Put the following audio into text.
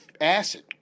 acid